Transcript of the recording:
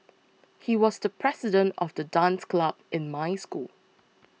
he was the president of the dance club in my school